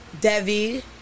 Devi